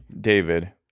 David